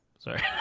Sorry